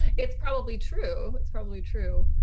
it's probably true. it's probably true.